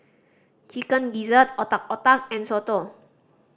Chicken Gizzard Otak Otak and soto